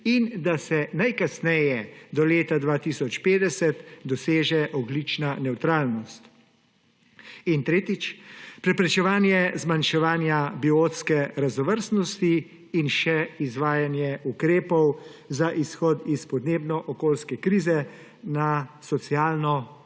in da se najkasneje do leta 2050 doseže ogljična nevtralnost. In tretjič, preprečevanje zmanjševanja biotske raznovrstnosti in še izvajanje ukrepov za izhod iz podnebno-okoljske krize na socialno pravičen